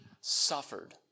suffered